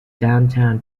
downtown